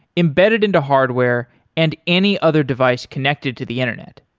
embedded into hardware and any other device connected to the internet.